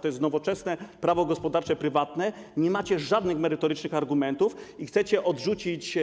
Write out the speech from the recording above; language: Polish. To jest nowoczesne prawo gospodarcze prywatne, nie macie żadnych merytorycznych argumentów i chcecie odrzucić